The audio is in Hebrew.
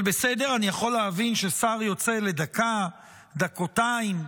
אבל בסדר, אני יכול להבין ששר יוצא לדקה, דקותיים.